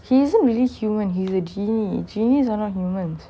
he isn't really human he's a genie genies are not human